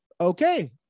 Okay